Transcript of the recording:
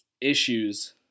issues